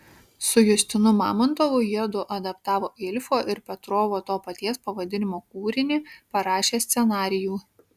su justinu mamontovu jiedu adaptavo ilfo ir petrovo to paties pavadinimo kūrinį parašė scenarijų